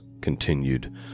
continued